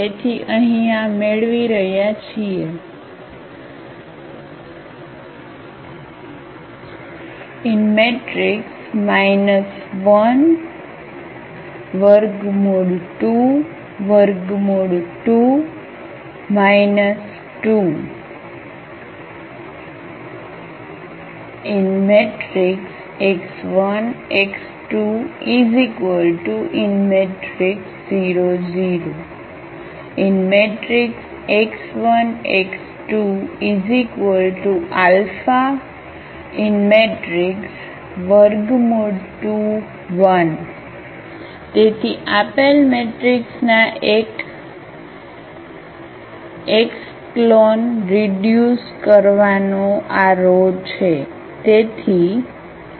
તેથી અહીં આ મેળવી રહ્યા છીએ 1 √2 √2 2 x1 x2 0 0 x1 x2 α√2 1 તેથી આપેલ મેટ્રિક્સના એક એકચકલોન રીડ્યૂસ કરવાનો આ rho છે